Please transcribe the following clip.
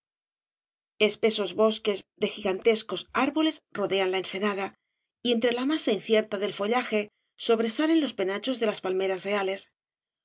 propicia espesos bosques de gigantescos árboles i obras de valle inclan rodean la ensenada y entre la masa incierta del follaje sobresalen los penachos de las palmeras reales